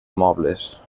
mobles